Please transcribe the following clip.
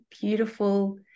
beautiful